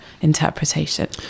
interpretation